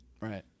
Right